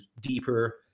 deeper